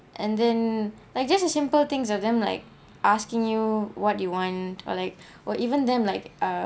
and then like just a simple things of them like asking you what do you want or like or even them like uh